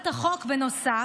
בנוסף,